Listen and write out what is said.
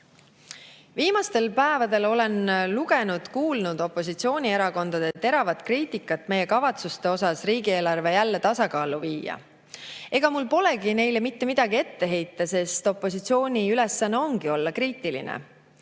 Viimastel päevadel olen lugenud-kuulnud opositsioonierakondade teravat kriitikat meie kavatsuste kohta riigieelarve jälle tasakaalu viia. Ega mul polegi neile mitte midagi ette heita, sest opositsiooni ülesanne ongi olla kriitiline.